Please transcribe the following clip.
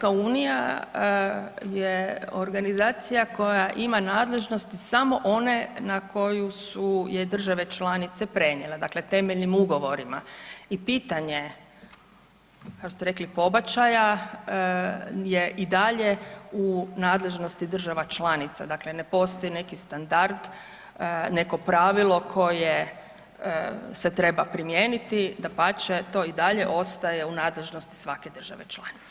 Znate EU je organizacija koja ima nadležnost samo one na koju su je države članice prenijele, dakle u temeljenim ugovorima i pitanje kao što ste rekli, pobačaja je i dalje u nadležnosti država članica, dakle ne postoji neki standard, neko pravilo koje se treba primijeniti, dapače, to i dalje ostaje u nadležnosti svake države članice.